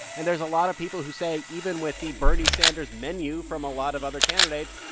and there's a lot of people who say even with the bernie sanders menu from a lot of other candidates,